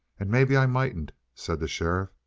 and maybe i mightn't, said the sheriff.